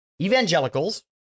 evangelicals